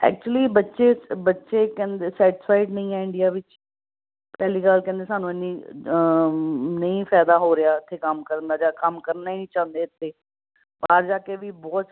actually ਬੱਚੇ ਬੱਚੇ ਕਹਿੰਦ ਸੈਟਿਸਫਾਈਡ ਨਹੀਂ ਹੈ ਇੰਡੀਆ ਵਿੱਚ ਪਹਿਲੀ ਗੱਲ ਕਹਿੰਦੇ ਸਾਨੂੰ ਇੰਨੀ ਨਹੀਂ ਫਾਇਦਾ ਹੋ ਰਿਹਾ ਇੱਥੇ ਕੰਮ ਕਰਨ ਦਾ ਜਾਂ ਕੰਮ ਕਰਨਾ ਹੀ ਚਾਹੁੰਦੇ ਇੱਥੇ ਬਾਹਰ ਜਾ ਕੇ ਵੀ ਬਹੁਤ